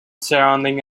surrounding